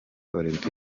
olempike